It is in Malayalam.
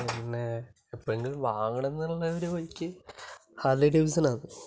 പിന്നെ എപ്പോഴെങ്കിലും വാങ്ങാണം എന്നുള്ള ഒരു ബൈക്ക് ഹാർലി ഡേവിഡ്സൺ ആണ്